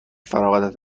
فراغتت